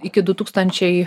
iki du tūkstančiai